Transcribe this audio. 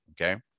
okay